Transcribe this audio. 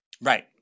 right